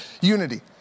unity